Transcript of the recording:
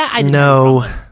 no